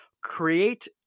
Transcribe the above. create